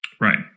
right